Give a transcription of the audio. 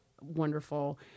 wonderful